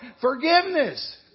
forgiveness